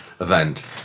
event